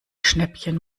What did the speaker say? schnäppchen